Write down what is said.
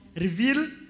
reveal